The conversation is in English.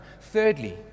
Thirdly